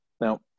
Now